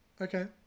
Okay